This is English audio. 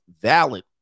valid